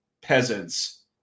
peasants